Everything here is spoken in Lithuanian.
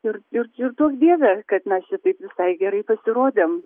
ir ir ir duok dieve kad mes šitaip visai gerai pasirodėm